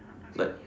like